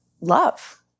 love